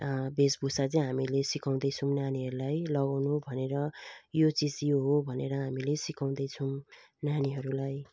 भेषभूषा चाहिँ हामीले सिकाउँदैछौँ नानीहरूलाई लगाउनु भनेर यो चिज यो हो भनेर हामीले सिकाउँदैछौँ नानीहरूलाई